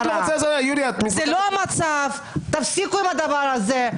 יוליה, את --- זה לא המצב, תפסיקו עם הדבר הזה.